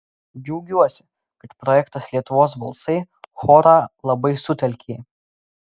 džiaugiuosi kad projektas lietuvos balsai chorą labai sutelkė